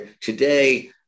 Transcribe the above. today